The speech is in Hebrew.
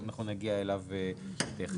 אנחנו נגיע אליו תכף.